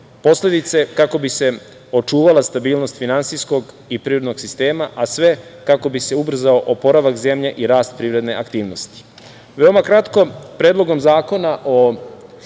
posledice, kako bi se očuvala stabilnost finansijskog i privrednog sistema, a sve kako bi se ubrzao oporavak zemlje i rast privredne aktivnosti. Veoma